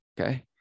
okay